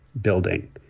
building